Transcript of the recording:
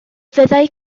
fyddai